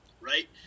right